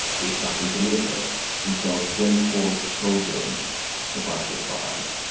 they stop in jamaica and sell twenty four children to buy supplies.